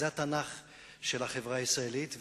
זה התנ"ך של החברה הישראלית.